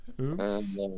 Oops